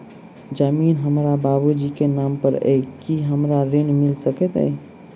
जमीन हमरा बाबूजी केँ नाम पर अई की हमरा ऋण मिल सकैत अई?